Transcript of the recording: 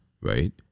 right